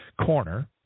corner